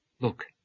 Look